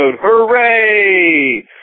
Hooray